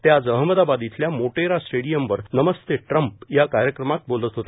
ते आज अहमदाबाद इथल्या मोटेरा स्टेडियमवर नमस्ते ट्रम्प या कार्यक्रमात बोलत होते